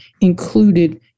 included